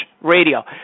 Radio